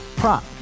prop